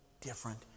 different